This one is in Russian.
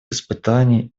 испытаний